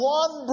one